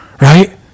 right